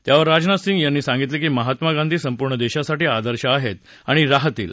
त्यावर राजनाथ सिंग यांनी सांगितलं की महात्मा गांधी संपूर्ण देशासाठी आदर्श आहेत आणि राहतील